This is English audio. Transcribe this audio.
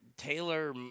Taylor